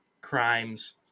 crimes